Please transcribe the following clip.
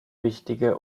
wichtige